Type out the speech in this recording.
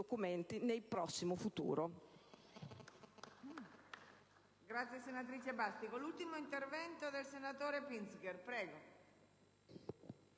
documenti, nel prossimo futuro.